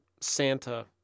Santa